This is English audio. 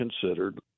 considered